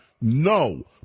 No